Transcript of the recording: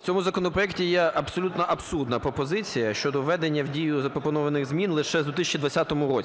В цьому законопроекті є абсолютно абсурдна пропозиція щодо введення в дію запропонованих змін лише з 2020 року.